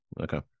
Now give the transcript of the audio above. Okay